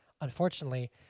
Unfortunately